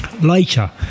Later